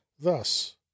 Thus